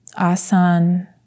Asan